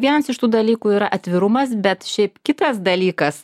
vienas iš tų dalykų yra atvirumas bet šiaip kitas dalykas